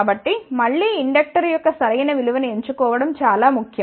కాబట్టి మళ్ళీ ఇండక్టర్ యొక్క సరైన విలువ ను ఎంచుకోవడం చాలా ముఖ్యం